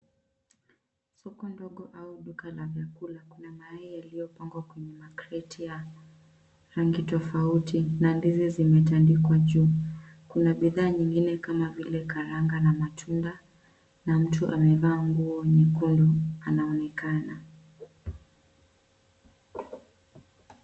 Soko ndogo au duka la vyakula. Kuna mayai yaliyopangwa kwenye makreti ya rangi tofauti na ndizi zimetandikwa juu. Kuna bidhaa nyingine kama vile karanga na matunda na mtu amevaa nguo nyekundu anaonekana.